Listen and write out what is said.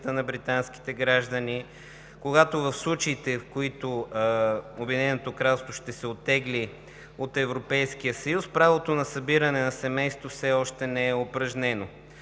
на британските граждани, когато в случаите, в които Обединеното кралство ще се оттегли от Европейския съюз и правото на събиране на семейства все още не е упражнено.